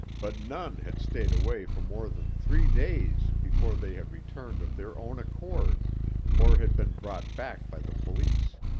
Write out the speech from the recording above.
but none had stayed away for more than three days before they had returned of their own accord or had been brought back by the police.